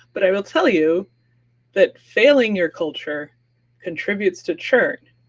but i will tell you that failing your culture contributes to churn.